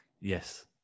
Yes